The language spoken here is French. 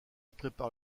prépare